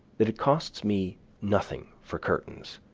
that it costs me nothing for curtains,